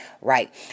right